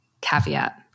caveat